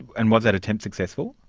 and was that attempt successful?